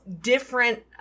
different